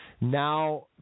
now